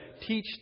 teach